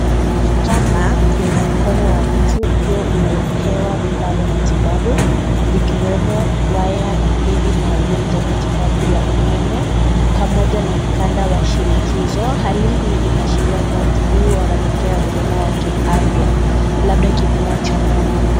Hapa kuna mkono wa mtu ukiwa umewekewa vifaa vya matibabu vikiwemo waya na pedi maalum za matibabu ya umeme pamoja na mkanda wa shinikizo. Hali hii inaashiria kuwa mtu huyu anapokea huduma wa kiafya labda kipimo cha moyo.